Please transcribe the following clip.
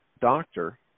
doctor